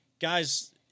Guys